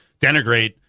denigrate